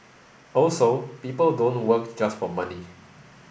also people don't work just for money